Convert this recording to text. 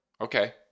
Okay